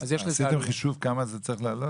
אז עשיתם חישוב כמה זה צריך לעלות?